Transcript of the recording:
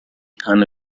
hanno